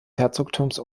herzogtums